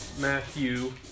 Matthew